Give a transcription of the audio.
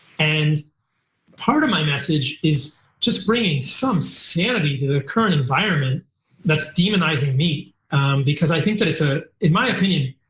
and part of my message is just bringing some sanity to the current environment that's demonizing meat because i think that it's, ah in my opinion,